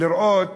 לראות